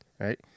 Right